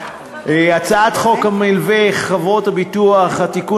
הצעת חוק המלווה (חברות ביטוח) (תיקון